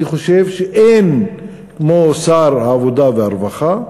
אני חושב שאין כמו שר העבודה והרווחה,